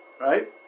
right